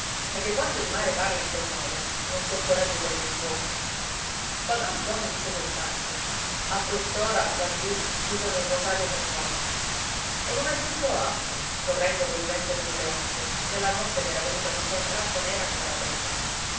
perché quando il mare parla in quel modo non si ha coraggio di aprir bocca padron ntoni disse soltanto a quest'ora laggiù dicono il rosario per noi e non aggiunsero altro correndo col vento e colle onde nella notte che era venuta tutt'a un tratto nera come la pece